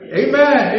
amen